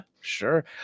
sure